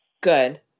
Good